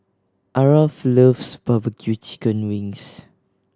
Aarav loves barbecue chicken wings